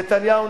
נתניהו,